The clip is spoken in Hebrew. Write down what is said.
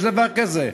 יש דבר כזה,